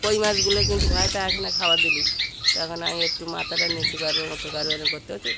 কই মাছগুলো কিন্তু ভয়েতে আসে না খাওয়ার দিলে তো এখন আমি একটু মাথাটা নিচু কার উঁচু কর এর করতে করতে